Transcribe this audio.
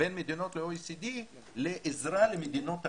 בין מדינות ה-OECD לעזרה למדינות אחרות,